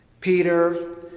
Peter